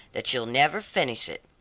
that you'll never finish it.